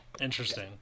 Interesting